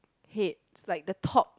head like the top